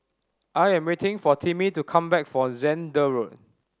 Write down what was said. I am waiting for Timmy to come back for Zehnder Road